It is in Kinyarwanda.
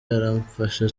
aramfasha